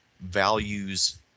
values